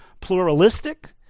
pluralistic